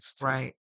Right